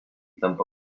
tampa